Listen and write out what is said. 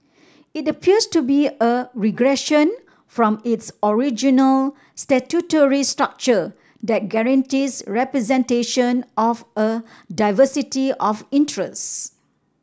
it appears to be a regression from its original statutory structure that guarantees representation of a diversity of interests